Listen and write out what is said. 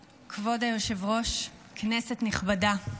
היושב-ראש, כנסת נכבדה,